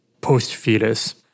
post-fetus